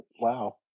wow